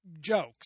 jokes